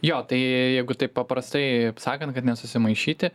jo tai jeigu taip paprastai sakant kad nesusimaišyti